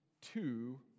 two